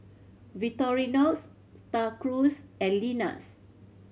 Victorinox Star Cruise and Lenas